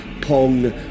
Pong